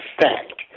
fact